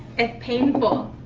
its painful